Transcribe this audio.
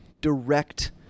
direct